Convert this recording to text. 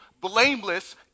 blameless